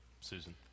Susan